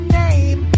name